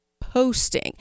posting